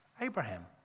Abraham